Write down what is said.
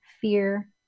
fear